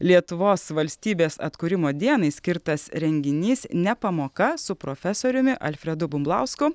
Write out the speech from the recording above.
lietuvos valstybės atkūrimo dienai skirtas renginys ne pamoka su profesoriumi alfredu bumblausku